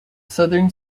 southern